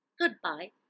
Goodbye